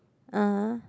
(uh huh)